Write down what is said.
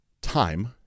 time